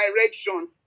direction